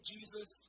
Jesus